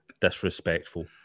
disrespectful